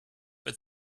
but